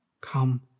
come